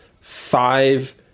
five